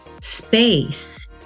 space